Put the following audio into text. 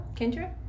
Kendra